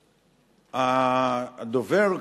הדובר,